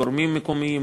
גורמים מקומיים,